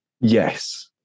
Yes